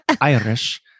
Irish